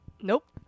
Nope